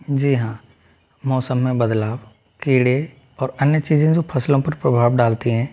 जी हाँ मौसम में बदलाव कीड़े और अन्य चीज़ों जो फसलों पर प्रभाव डालती हैं